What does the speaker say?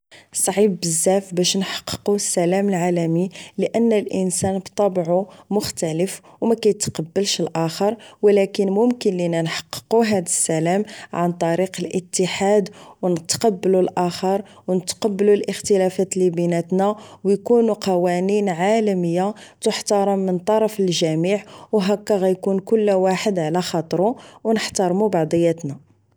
صعيب بزاف باش نحققو السلام العالمي لان الانسان بطبعو مختلف و مكيتقبلش الاخر و لكن ممكن لنا نحققوه هاد السلام عن طريق الاتحاد و نتقبلو الاخر و نتقبلو الاختلافات اللي بيناتنا وكون قوانين عالمية تحترم من طرف الجميع وهكا غيكون كل واحد على خاطرو و نحترمو بعضياتنا